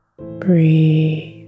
Breathe